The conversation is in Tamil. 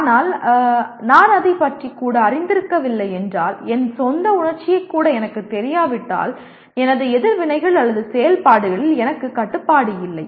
ஆனால் நான் அதைப் பற்றி கூட அறிந்திருக்கவில்லை என்றால் என் சொந்த உணர்ச்சியைக் கூட எனக்குத் தெரியாவிட்டால் எனது எதிர்வினைகள் அல்லது செயல்பாடுகளில் எனக்கு கட்டுப்பாடு இல்லை